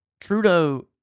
Trudeau